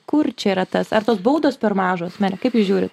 kur čia yra tas ar tos baudos per mažos mere kaip jūs žiūrit